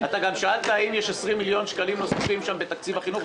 אתה גם שאלת האם יש 20 מיליון שקלים נוספים שם בתקציב החינוך,